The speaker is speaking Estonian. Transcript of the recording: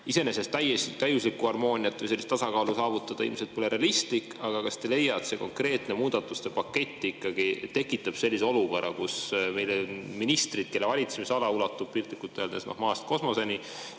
Iseenesest pole täiuslikku harmooniat või tasakaalu saavutada ilmselt realistlik. Aga kas te ei leia, et see konkreetne muudatuste pakett ikkagi tekitab sellise olukorra, kus meil on ministrid, kelle valitsemisala ulatub piltlikult öeldes maast kosmoseni,